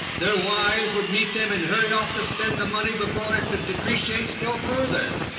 their wives would meet them and hurry off to spend the money before it could depreciate still further.